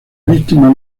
víctimas